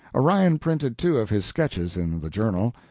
orion printed two of his sketches in the journal,